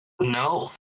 No